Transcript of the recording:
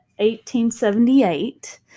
1878